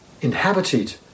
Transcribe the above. inhabited